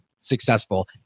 successful